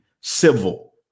civil